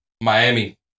Miami